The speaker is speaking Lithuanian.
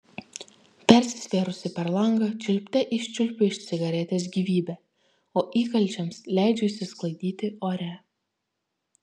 persisvėrusi per langą čiulpte iščiulpiu iš cigaretės gyvybę o įkalčiams leidžiu išsisklaidyti ore